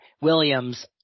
Williams